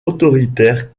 autoritaire